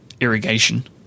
irrigation